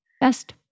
best